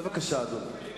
אדוני